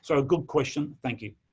so good question. thank you.